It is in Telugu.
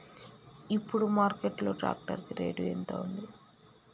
ఇప్పుడు మార్కెట్ లో ట్రాక్టర్ కి రేటు ఎంత ఉంది?